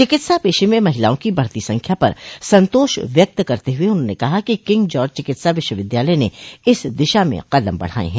चिकित्सा पेशे में महिलाओं की बढ़ती संख्या पर संतोष व्यक्त करते हुए उन्होंने कहा कि किंग जॉर्ज चिकित्सा विश्वविद्यालय ने इस दिशा म कदम बढ़ाये हैं